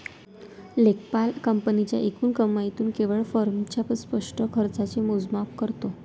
लेखापाल कंपनीच्या एकूण कमाईतून केवळ फर्मच्या स्पष्ट खर्चाचे मोजमाप करतो